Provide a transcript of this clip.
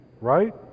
right